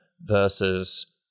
versus